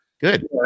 Good